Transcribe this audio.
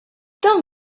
dawn